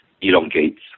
elongates